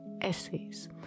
essays